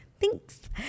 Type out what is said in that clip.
Thanks